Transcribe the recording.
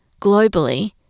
globally